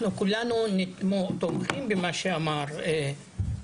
לא משנה להם ואתה לא יכול לעשות דיון נורמלי.